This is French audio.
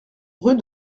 rue